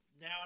Now